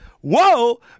Whoa